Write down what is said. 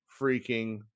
freaking